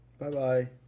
Bye-bye